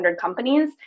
companies